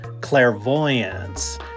clairvoyance